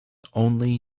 only